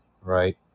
right